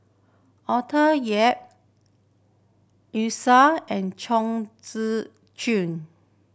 Arthur Yap and Chong